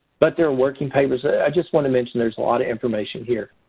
but there are working papers. i just want to mention there's a lot of information here.